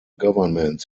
governments